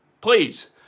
Please